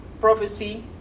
prophecy